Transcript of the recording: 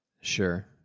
Sure